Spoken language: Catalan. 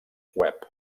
web